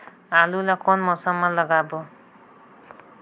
आलू ला कोन मौसम मा लगाबो?